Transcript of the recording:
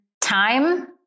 time